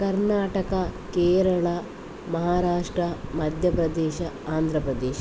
Karnataka Kerala Maharashtra Madhya Pradesh Andhra Pradesh